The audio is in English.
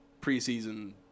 preseason